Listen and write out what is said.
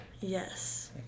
Yes